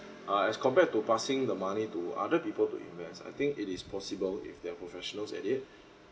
uh as compared to passing the money to other people to invest I think it is possible if they're professionals at it